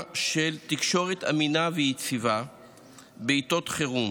של תקשורת אמינה ויציבה בעיתות חירום.